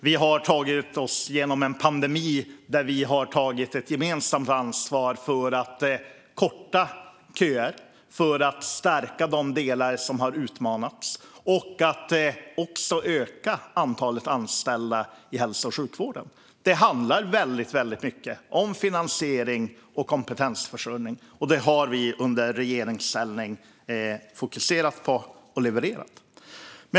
Vi har tagit oss igenom en pandemi där vi tog ett gemensamt ansvar för att korta köer, stärka de delar som har utmanats och öka antalet anställda i hälso och sjukvården. Det handlar till väldigt stor del om finansiering och kompetensförsörjning. Det har vi i regeringsställning fokuserat och levererat på.